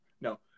No